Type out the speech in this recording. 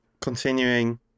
continuing